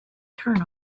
turn